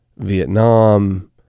Vietnam